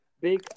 big